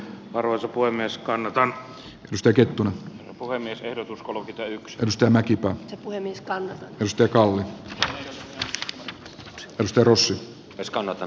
arvoisa puhemies kannatan sitä kettunen puhemies ehdotus cowan pitää yksityistä mäkipää oli niskanen pystyi kalle rörossy de skannata